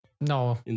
No